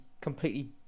completely